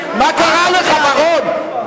מה קרה לך, בר-און?